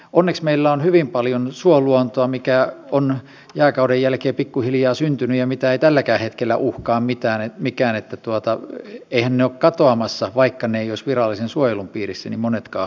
onneksi meillä on hyvin paljon suoluontoa mikä on jääkauden jälkeen pikkuhiljaa syntynyt ja mitä ei tälläkään hetkellä uhkaa mikään eli eiväthän ne ole katoamassa monetkaan luontoarvot vaikka ne eivät olisi virallisen suojelun piirissä onneksi